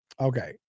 Okay